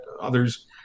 others